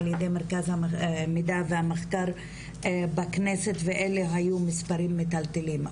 ע"י מרכז המידע והמחקר בכנסת ואלה היו מספרים מטלטלים,